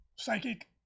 psychic